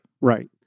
right